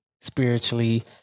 spiritually